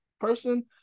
person